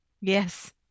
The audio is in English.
Yes